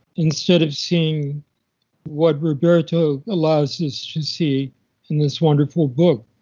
instead of seeing what roberto allows us to see in this wonderful book,